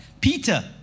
Peter